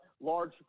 large